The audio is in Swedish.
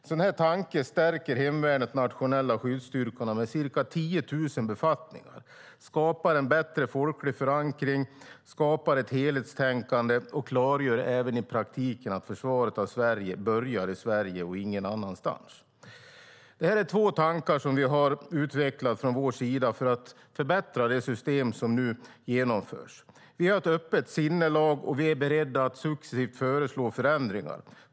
En sådan tanke stärker hemvärnets nationella skyddsstyrkor med ca 10 000 befattningar, skapar en bättre folklig förankring, skapar ett helhetstänkande och klargör även i praktiken att försvaret av Sverige börjar i Sverige och ingen annanstans. Det är två tankar som vi har utvecklat från vår sida för att förbättra det system som nu genomförs. Vi har ett öppet sinnelag och är beredda att successivt föreslå förändringar.